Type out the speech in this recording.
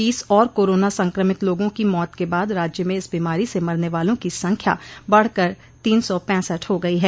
बीस और कोरोना संक्रमित लोगों की मौत के बाद राज्य में इस बीमारी से मरने वालों की संख्या बढ़ कर तीन सौ पैंसठ हो गई है